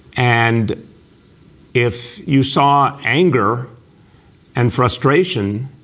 and if you saw anger and frustration,